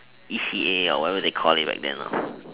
E_C_A or whatever they call it back then